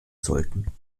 sollten